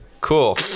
Cool